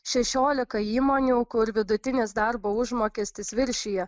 šešiolika įmonių kur vidutinis darbo užmokestis viršija